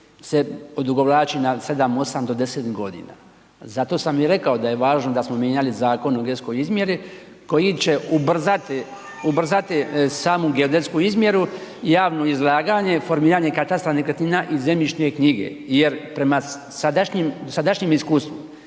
se odugovlači na 7, 8 do 10 godina. Zato sam i rekao da je važno da smo mijenjali Zakon o geodetskoj izmjeri koji će ubrzati, ubrzati samu geodetsku izmjeru, javno izlaganje, formiranje katastra nekretnina i zemljišne knjige. Jer prema sadašnjem iskustvu